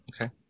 Okay